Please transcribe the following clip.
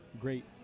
great